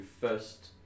first